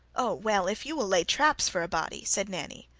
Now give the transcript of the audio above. oh, well, if you will lay traps for a body! said nanny.